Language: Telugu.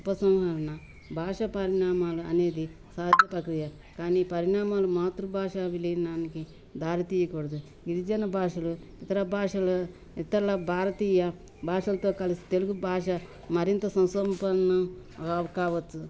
ఉపసంహాలన భాష పరిణామాలు అనేది సాధ్య ప్రక్రియ కానీ పరిణామాలు మాతృభాష విలీనానికి దారితీయకూడదు గిరిజన భాషలు ఇతర భాషల ఇతరుల భారతీయ భాషలతో కలిసి తెలుగు భాష మరింత సుసంపన్నం కావచ్చు